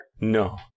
No